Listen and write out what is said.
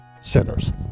sinners